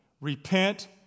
Repent